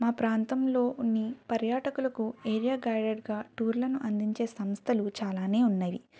మా ప్రాంతంలో ఉన్ని పర్యాటకులకు ఏరియా గైడర్గా టూర్లను అందించే సంస్థలు చాలానే ఉన్నవి